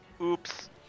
Oops